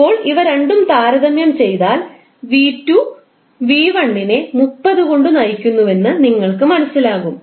ഇപ്പോൾ ഇവ രണ്ടും താരതമ്യം ചെയ്താൽ 𝑣2 𝑣1 നെ 30 കൊണ്ട് നയിക്കുന്നുവെന്ന് നിങ്ങൾക്ക് മനസ്സിലാക്കും